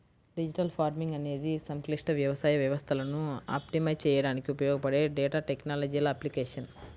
digital farming అనేది సంక్లిష్ట వ్యవసాయ వ్యవస్థలను ఆప్టిమైజ్ చేయడానికి ఉపయోగపడే డేటా టెక్నాలజీల అప్లికేషన్